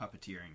puppeteering